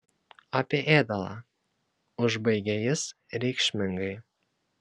apie ėdalą užbaigė jis reikšmingai